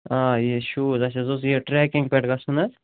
آ یہِ شوٗز اَسہِ حظ اوس یہِ ٹرٛیٚکِنٛگ پٮ۪ٹھ گژھُن حظ